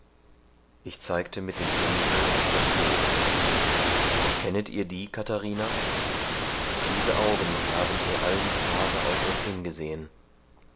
ich zeigte mit dem pinsel auf das bild kennet ihr die katharina diese augen haben hier all die tage auf uns hingesehen